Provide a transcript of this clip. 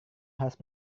harus